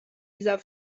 dieser